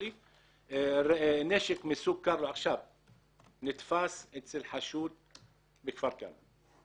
שנשק מסוג קרל נתפס אצל חשוד בכפר כנא.